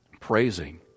praising